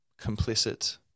complicit